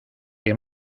que